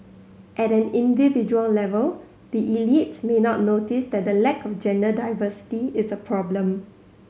at an individual level the elites may not notice that the lack of gender diversity is a problem